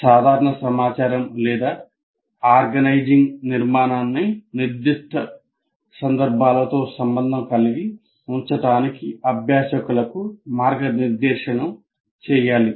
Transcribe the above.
సాధారణ సమాచారం లేదా ఆర్గనైజింగ్ నిర్మాణాన్ని నిర్దిష్ట సందర్భాలతో సంబంధం కలిగి ఉండటానికి అభ్యాసకులకు మార్గనిర్దేశం చేయాలి